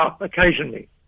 occasionally